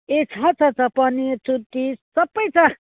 ए छ छ छ पनिर छुर्पी सबै छ